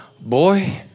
boy